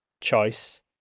choice